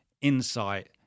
insight